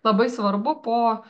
labai svarbu po